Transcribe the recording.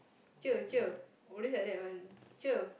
cher cher always like that [one] cher